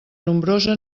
nombrosa